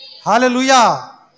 Hallelujah